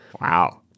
wow